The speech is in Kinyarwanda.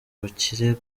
bukire